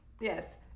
yes